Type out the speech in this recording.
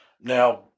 now